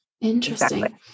Interesting